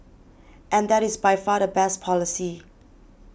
and that is by far the best policy